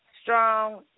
Strong